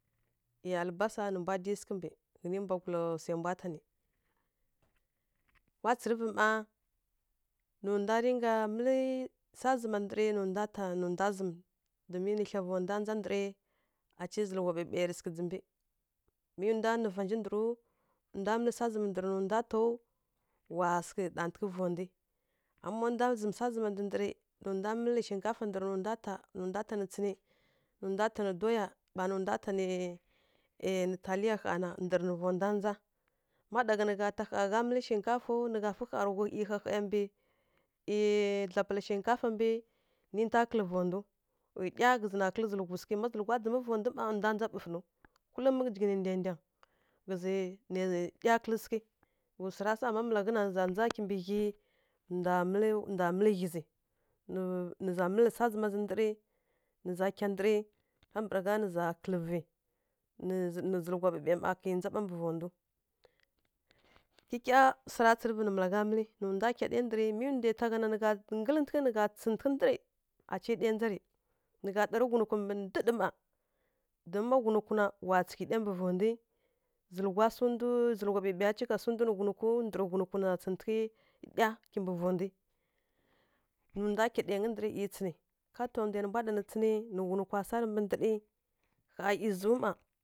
ˈYi alabasa ma nǝ ndwa dǝyi sǝghǝ mbǝ ghǝtǝni mbwagula swai mbwa ta nǝ, wa tsǝrǝvǝ mma nǝ ndwa rǝ ka mǝlǝ swa zǝma ndǝrǝ nǝ ndwa ta nǝ ndwa zǝmǝ. Domin nǝ thya vonda ndza ndǝrǝ aci rǝ zǝlǝghwa ɓǝɓai rǝ sǝghǝ dzǝmbǝ, mi ndwa nǝ va nji ndǝrǝw, ndwa mǝlǝw swa zǝma ndǝ ndǝrǝ nǝ ndwa taw nǝ za sǝghǝ ɗatǝghǝ vondwi, ama ma ndwa zǝmǝ swa zǝma ndǝ ndǝrǝ nǝ ndwa mǝlǝ shinkafa ndǝrǝ nǝ ndwa ta nǝ ndwa ta nǝ tsǝnǝ, nǝ ndwa ta nǝ doya ɓa nǝ ndwa ta nǝ taliya ƙha na ndǝrǝ nǝ vondwa ndza. Má ɗa gha nǝ gha ta gha ghá mǝlǝ shinkafaw nǝ gha fǝ gha rǝ ghui, ˈyi hahai mbǝ, ˈyi dlapala shinkafa mbǝ nǝ ta kǝlǝ vondu ɗya ghǝzǝ na kǝlǝ zǝlǝghu sǝghǝ ma ɗya dzǝmbǝ vondu ma ndwa ndza ɓǝfǝ nǝw. kullum jighǝni ndaidyangǝ ghǝzǝ nai ɗya kǝlǝ sǝghǝ, ghǝzǝ swara sa ma malaghǝ na nǝ za ndza kimbǝ ghyi ndwa mǝlǝ, ndwa mǝlǝ ɡhyi zǝ. Nǝ za mǝlǝ swa zǝma zǝ ndǝrǝ nǝ za kya ndǝrǝ kambǝragha nǝ za kǝlǝ vǝ. Nǝ zǝlǝghwa ɓǝɓai ma ƙhǝi ndza ɓa mbǝ vaw ndǝw. Kyikya swara tsǝrǝvǝ nǝ malagha mǝlǝ mi ndai na ta gha na nǝ gha tsǝghǝtǝghǝ ndǝrǝ, aci ɗya ndza rǝ nǝ gha ɗarǝ ghunukwi mbǝ ndǝrǝ ma don ma ghunukwi na wa tsǝghǝ ɗya mbǝ vondwi zǝlǝghwa ndu zǝlǝghwa ɓǝɓaiya cika sǝ ndu nǝ ghunukwi, ndǝrǝ ghunkwi na tsǝghǝtǝghǝ ɗya kimbǝ vondwi. Nǝ ndwa kya ɗaingǝ ndǝrǝ nǝ ˈyi tsǝnǝ ka ta ndwai ka ta ndwai nǝ mbwa ɗa nǝ tsǝnǝ nǝ ghunukwa sarǝ mbǝ ndǝdǝ ɓa ˈyizǝw ma.